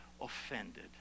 offended